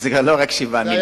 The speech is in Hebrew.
זה כבר לא רק 7 מיליון.